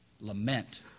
Lament